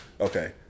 okay